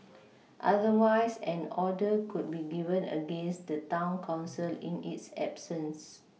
otherwise an order could be given against the town council in its absence